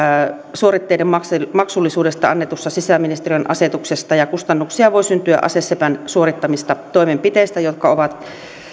suoritteiden maksullisuudesta annetussa sisäministeriön asetuksessa kustannuksia voi syntyä asesepän suorittamista toimenpiteistä jotka ovat